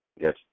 Yes